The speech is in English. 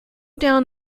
down